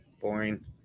boring